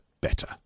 better